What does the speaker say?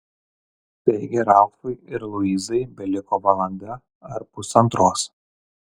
taigi ralfui ir luizai beliko valanda ar pusantros